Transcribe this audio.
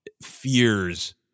fears